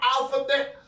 alphabet